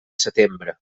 setembre